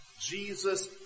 Jesus